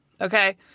Okay